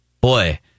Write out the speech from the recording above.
Boy